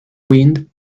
wind